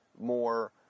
more